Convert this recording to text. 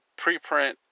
preprint